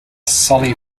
sally